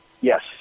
Yes